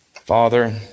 father